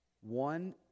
one